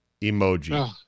emoji